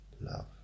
love